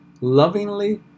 lovingly